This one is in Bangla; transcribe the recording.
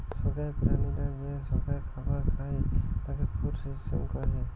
সোগায় প্রাণীরা যে সোগায় খাবার খাই তাকে ফুড সিস্টেম কহে